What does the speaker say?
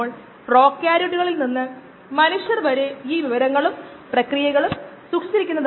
ഒരു സാധാരണ പാരാമീറ്ററായ ഡെസിമൽ റിഡക്ഷൻ റേറ്റിന്റെ നിർവചനത്തിലേക്ക് നയിച്ചത് നമ്മൾ കണ്ടു